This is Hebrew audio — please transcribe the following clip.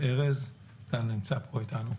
ארז, אתה נמצא פה איתנו.